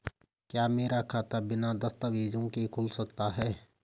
क्या मेरा खाता बिना दस्तावेज़ों के खुल सकता है?